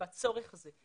בצורך הזה.